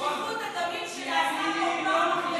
לשפיכות הדמים שנעשתה פה פעם אחרי